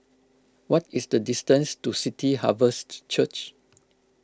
what is the distance to City Harvest Church